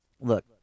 look